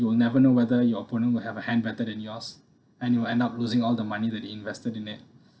you never know whether your opponent will have a hand better than yours and you will end up losing all the money that you invested in it